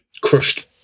crushed